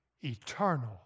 eternal